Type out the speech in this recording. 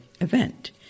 event